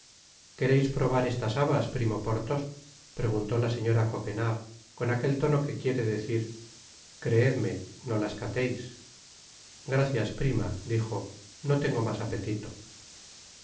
quereis probar estas habas primo porthos preguntó la señora coquenard con aquel tono que quiere decir creedme no las cate gracias prima dijo no tengo mas apetito